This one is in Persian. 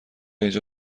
اینجا